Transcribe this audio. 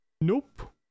Nope